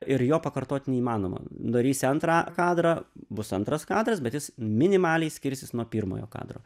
ir jo pakartot neįmanoma darysi antrą kadrą bus antras kadras bet jis minimaliai skirsis nuo pirmojo kadro